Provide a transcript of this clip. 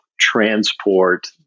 transport